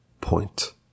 point